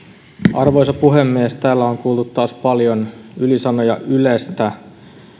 arvoisa puhemies täällä on kuultu taas paljon ylisanoja ylestä